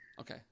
okay